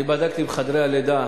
אני בדקתי בחדרי הלידה